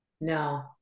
No